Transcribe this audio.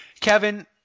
Kevin